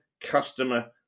customer